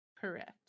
Correct